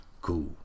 cool